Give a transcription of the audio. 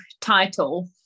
title